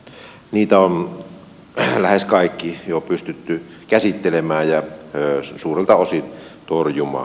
ne on lähes kaikki jo pystytty käsittelemään ja suurilta osin torjumaan